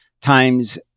times